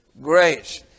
grace